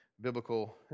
biblical